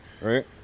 Right